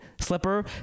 slipper